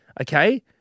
okay